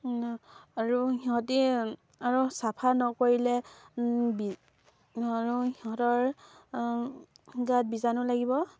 আৰু সিহঁতি আৰু চাফা নকৰিলে আৰু সিহঁতৰ গাত বীজাণু লাগিব